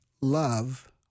love